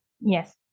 Yes